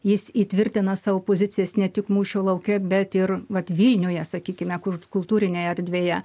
jis įtvirtina savo pozicijas ne tik mūšio lauke bet ir vat vilniuje sakykime kur kultūrinėje erdvėje